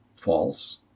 false